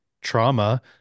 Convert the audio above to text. trauma